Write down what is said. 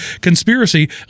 conspiracy